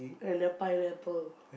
and the pineapple